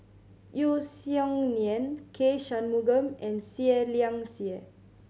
Yeo Song Nian K Shanmugam and Seah Liang Seah